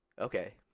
Okay